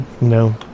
No